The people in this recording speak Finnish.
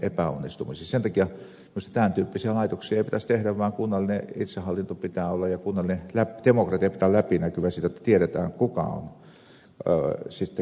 sen takia minusta tämäntyyppisiä laitoksia ei pitäisi tehdä vaan kunnallinen itsehallinto pitää olla ja demokratian pitää olla läpinäkyvä jotta tiedetään kuka tekee päätökset ja se on myös vastuussa